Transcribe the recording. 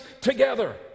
together